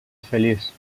feliç